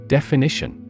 Definition